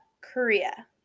Korea